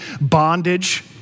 bondage